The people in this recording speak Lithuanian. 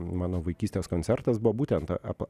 mano vaikystės koncertas buvo būtent a ap